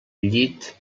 llit